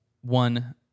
one